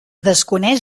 desconeix